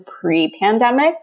pre-pandemic